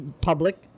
public